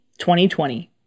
2020